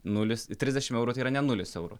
nulis trisdešim eurų tai yra ne nulis eurų